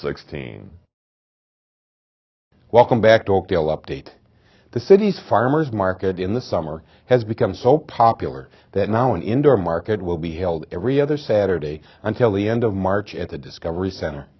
sixteen welcome back to oakdale update the city's farmer's market in the summer has become so popular that now an indoor market will be held every other saturday until the end of march at the discovery cent